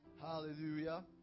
Hallelujah